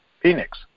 Phoenix